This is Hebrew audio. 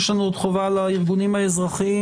יש לנו עוד חובה לארגונים האזרחיים